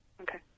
okay